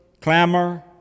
clamor